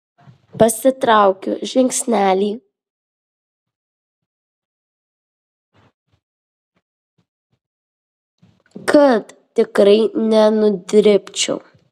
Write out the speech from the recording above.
pasitraukiu žingsnelį kad tikrai nenudribčiau